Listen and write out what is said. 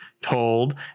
told